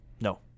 No